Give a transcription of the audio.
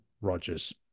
Rogers